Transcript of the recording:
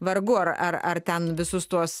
vargu ar ar ar ten visus tuos